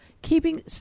keeping